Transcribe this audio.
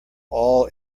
all